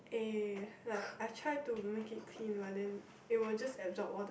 eh like I try to make it thin but then it would just absorb all the